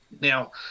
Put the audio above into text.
Now